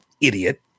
idiot